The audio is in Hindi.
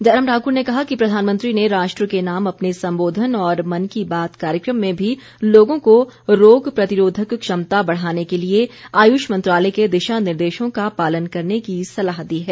जयराम ठाकुर ने कहा कि प्रधानमंत्री ने राष्ट्र के नाम अपने संबोधन और मन की बात कार्यक्रम में भी लोगों को रोग प्रतिरोधक क्षमता बढ़ाने के लिए आयुष मंत्रालय के दिशा निर्देशों का पालन करने की सलाह दी है